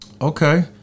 Okay